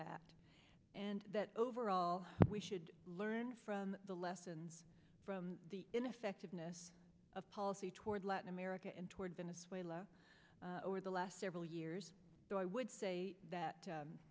that and that overall we should learn from the lessons from the ineffectiveness of policy toward latin america and toward venezuela over the last several years so i would say that